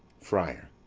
friar.